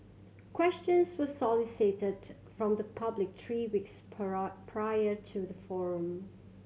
questions were solicited from the public three weeks prior to the forum